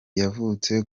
yavutse